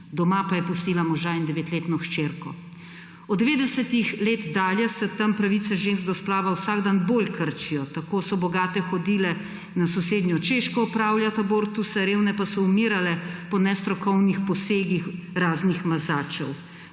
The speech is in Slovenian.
Doma pa je pustila moža in devetletno hčerko. Od 90. let dalje se tam pravice žensk do splava vsak dan bolj krčijo, tako so bogate hodile na sosednjo Češko opravljat abortuse, revne pa so umirale po nestrokovnih posegih raznih mazačev.